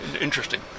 interesting